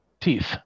teeth